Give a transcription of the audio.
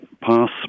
pass